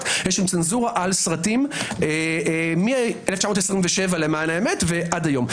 יש צנזורה על סרטים מ-1927 עד היום.